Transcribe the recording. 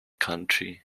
county